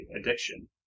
addiction